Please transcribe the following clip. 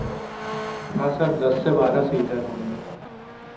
हाँ सर दस से बारह सीटर होंगे